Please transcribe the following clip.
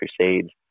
crusades